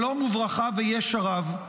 שלום וברכה וישע רב.